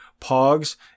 Pogs